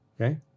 Okay